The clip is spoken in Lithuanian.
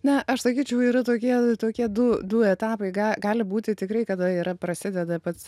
na aš sakyčiau yra tokie tokie du du etapai ga gali būti tikrai kada yra prasideda pats